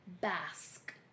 Basque